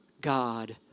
God